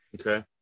Okay